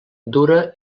dura